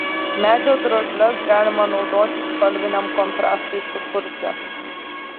medžio drožles galima naudoti spalviniam kontrastui sukurti